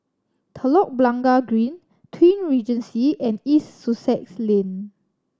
Telok Blangah Green Twin Regency and East Sussex Lane